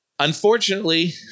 Unfortunately